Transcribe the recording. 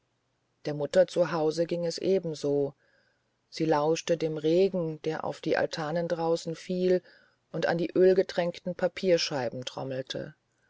der mutter zu hause ging es ebenso sie lauschte dem regen der auf die altanen draußen fiel und an die ölgetränkten papierscheiben trommelte